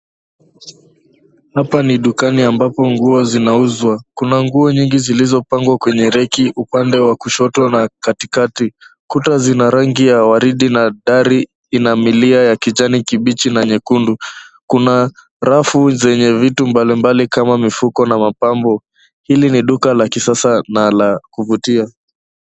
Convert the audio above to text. Hapa ni dukani ambapo nguo zinauzwa kuna nguo nyingi zilizopangwa kwenye reki, upande wa kushoto na katikati kuta zina rangi ya waridi na dari ina milia ya kijani kibichi na nyekundu kuna rafu zenye vitu mbalimbali kama mifuko na mapambo hili ni duka la kisasa na la kuvutia.